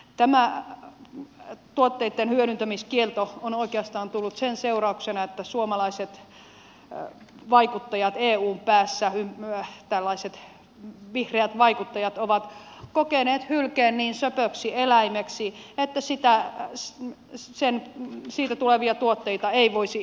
tämä tuotteitten hyödyntämiskielto on oikeastaan tullut sen seurauksena että suomalaiset vaikuttajat eun päässä tällaiset vihreät vaikuttajat ovat kokeneet hylkeen niin söpöksi eläimeksi että siitä tulevia tuotteita ei voisi hyödyntää